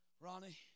Ronnie